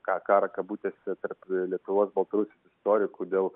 ką karą kabutėse tarp lietuvos baltarusijos istorikų dėl